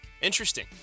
Interesting